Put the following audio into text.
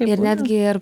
ir netgi ir